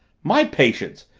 my patience!